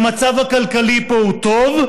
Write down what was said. שהמצב הכלכלי פה הוא טוב,